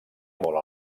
molt